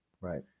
Right